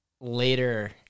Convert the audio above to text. later